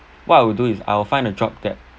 what I would do is I'll find a job that